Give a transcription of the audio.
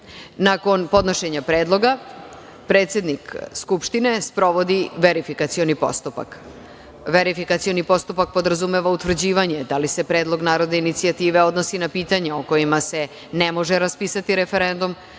Nakon podnošenja predloga, predsednik Skupštine sprovodi verifikacioni postupak. Verifikacioni postupak podrazumeva utvrđivanje da li se predlog narodne inicijative odnosi na pitanja o kojima se ne može raspisati referendum,